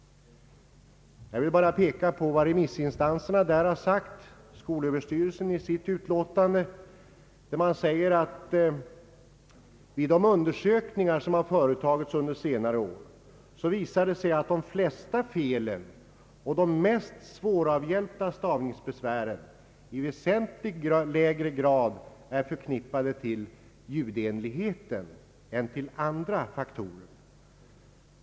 Jag vill peka på vad remissinstanserna har sagt i denna fråga. Skolöverstyrelsen säger i sitt utlåtande att de undersökningar som har företagits under senare år visar att de flesta felen och de mest svåravhjälpta stavningsbe svären i väsentligt lägre grad är förknippade med ljudenligheten än med andra faktorer.